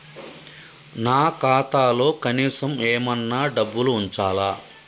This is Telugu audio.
నా ఖాతాలో కనీసం ఏమన్నా డబ్బులు ఉంచాలా?